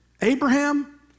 Abraham